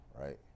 right